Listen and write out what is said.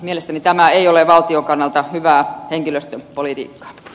mielestäni tämä ei ole valtion kannalta hyvää henkilöstöpolitiikkaa